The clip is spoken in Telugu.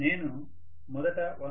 నేను మొదట 1